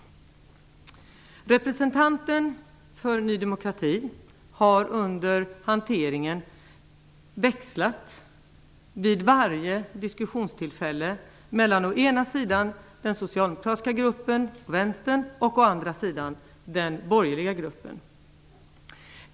Representanten för Ny demokrati har vid varje diskussionstillfälle under hanteringen växlat mellan å ena sidan den socialdemokratiska gruppen och Vänstern och å andra sidan den borgerliga gruppen.